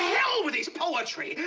with his poetry!